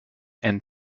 and